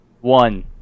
One